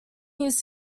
used